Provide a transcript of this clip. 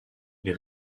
les